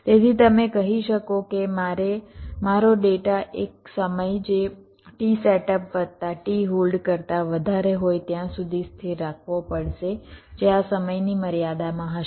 તેથી તમે કહી શકો કે મારે મારો ડેટા એક સમય જે t સેટઅપ વત્તા t હોલ્ડ કરતા વધારે હોય ત્યાં સુધી સ્થિર રાખવો પડશે જે આ સમયની મર્યાદામાં હશે